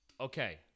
Okay